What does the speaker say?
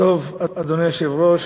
אדוני היושב-ראש,